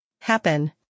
happen